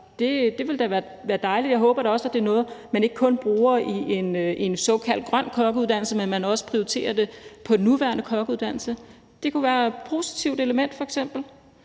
Det ville da være dejligt. Jeg håber da også, at det er noget, man ikke kun bruger i en såkaldt grøn kokkeuddannelse, men at man også prioriterer det på den nuværende kokkeuddannelse. Det kunne være et positivt element i sådan